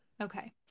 Okay